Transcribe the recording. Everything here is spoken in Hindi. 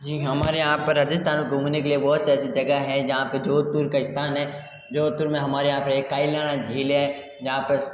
जी हाँ हमारे यहाँ पर राजस्थान मे घूमने के लिए बहुत अच्छी अच्छी जगह है जहाँ पर जोधपुर का स्थान है जोधपुर में हमारे यहाँ पे एक कायलान झील है जहाँ पर